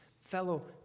fellow